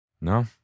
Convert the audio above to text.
No